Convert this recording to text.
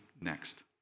next